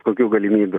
kokių galimybių